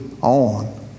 on